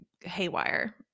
haywire